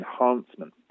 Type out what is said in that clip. enhancement